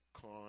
con